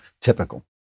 typical